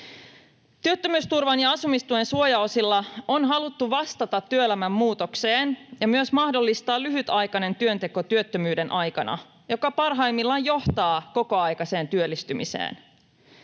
Työttömyysturvan ja asumistuen suojaosilla on haluttu vastata työelämän muutokseen ja myös mahdollistaa lyhytaikainen työnteko työttömyyden aikana, joka parhaimmillaan johtaa kokoaikaiseen työllistymiseen.